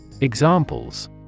Examples